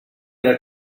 going